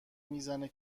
میزنه